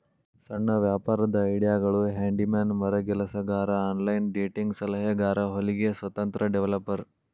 ಸಣ್ಣ ವ್ಯಾಪಾರದ್ ಐಡಿಯಾಗಳು ಹ್ಯಾಂಡಿ ಮ್ಯಾನ್ ಮರಗೆಲಸಗಾರ ಆನ್ಲೈನ್ ಡೇಟಿಂಗ್ ಸಲಹೆಗಾರ ಹೊಲಿಗೆ ಸ್ವತಂತ್ರ ಡೆವೆಲಪರ್